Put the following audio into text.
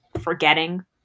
forgetting